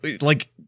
like-